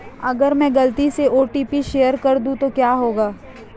अगर मैं गलती से ओ.टी.पी शेयर कर दूं तो क्या होगा?